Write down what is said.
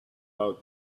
out